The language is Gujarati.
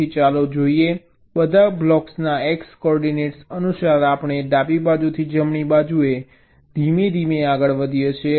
તેથી ચાલો જોઈએ બધા બ્લોકના x કોઓર્ડિનેટ્સ અનુસાર આપણે ડાબી બાજુથી જમણી બાજુએ ધીમે ધીમે આગળ વધીએ છીએ